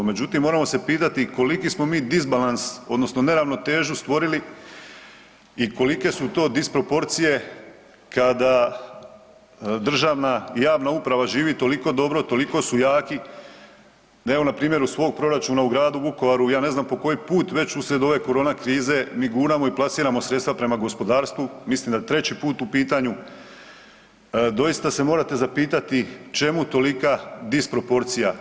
Međutim, moramo se pitati koliki smo mi disbalans, odnosno neravnotežu stvorili i kolike su to disproporcije kada državna i javna uprava živi toliko dobro, toliko su jaki da evo npr. iz svog proračuna u gradu Vukovaru, ja ne znam po koji put već uslijed ove korona krize mi guramo i plasiramo sredstva prema gospodarstvu, mislim da 3. put u pitanju, doista se morate zapitati čemu tolika disproporcija.